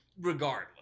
regardless